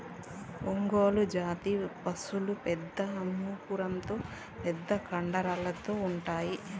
ఒంగోలు జాతి పసులు పెద్ద మూపురంతో పెద్ద కండరాలతో ఉంటాయి